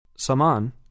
Saman